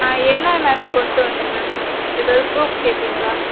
ஆ என்னான கொண்ட்டுவர்ணும் மேம் எதாவது புரூஃப் கேப்பிங்களா